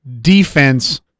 Defense